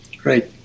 Great